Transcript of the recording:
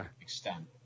extend